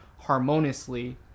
harmoniously